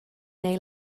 neu